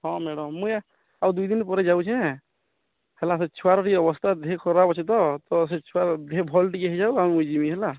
ହଁ ମ୍ୟାଡ଼ାମ୍ ମୁଇଁ ଆଉ ଦୁଇ ଦିନି ପରେ ଯାଉଛେଁ ହେଲା ସେ ଛୁଆର୍ ଟିକେ ଅବସ୍ଥା ଦେହ ଖରାପ୍ ଅଛି ତ ତ ସେ ଛୁଆ ଦେହ ଭଲ୍ ଟିକେ ହେଇଯାଉ ଆଉ ମୁଁ ଯିମି ହେଲା